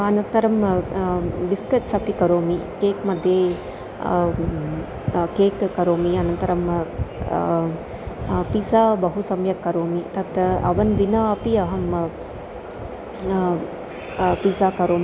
अनन्तरं बिस्कट्स् अपि करोमि केक्मध्ये केक् करोमि अनन्तरं पिज़ा बहु सम्यक् करोमि तत् अवन् विना अपि अहं पिज़ा करोमि